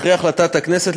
אחרי החלטת הכנסת,